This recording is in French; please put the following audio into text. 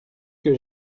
que